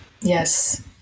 Yes